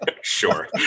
sure